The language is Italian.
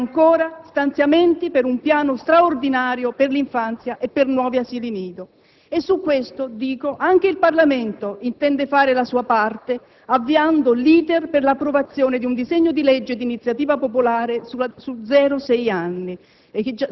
e ancora, stanziamenti per un piano straordinario per l'infanzia e per nuovi asili nido. E su questo - lo sottolineo - anche il Parlamento intende fare la propria parte, avviando l'*iter* per l'approvazione di un disegno di legge di iniziativa popolare, riguardo